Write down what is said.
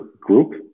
group